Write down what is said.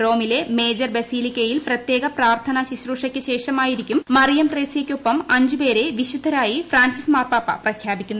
റോമിലെ മേജർ നാളെ ബസലിക്കയിൽ പ്രത്യേക പ്രാർത്ഥനാ ശുശ്രൂഷയ്ക്കു ശേഷമായിരിക്കും മറിയം ത്രേസ്യയ്ക്കൊപ്പം അഞ്ചുപേരെ വിശുദ്ധരായി ഫ്രാൻസിസ് മാർപാപ്പ പ്രഖ്യാപിക്കുന്നത്